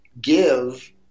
give